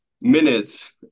minutes